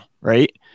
right